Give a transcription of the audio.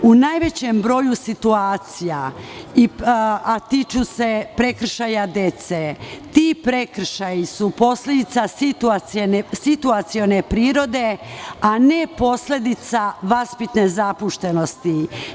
U najvećem broju situaciju, a tiču se prekršaja dece, ti prekršaji su posledica situacione prirode, a ne posledica vaspitne zapuštenosti.